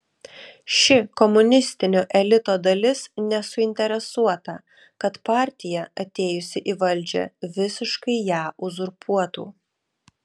ši komunistinio elito dalis nesuinteresuota kad partija atėjusi į valdžią visiškai ją uzurpuotų